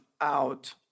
out